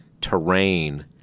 terrain